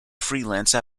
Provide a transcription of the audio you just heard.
freelance